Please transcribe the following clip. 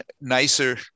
nicer